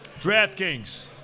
DraftKings